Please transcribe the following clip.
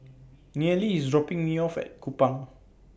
Nealie IS dropping Me off At Kupang